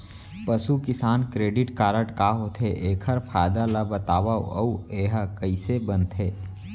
पसु किसान credit card का होथे, एखर फायदा ला बतावव अऊ एहा कइसे बनथे?